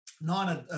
Nine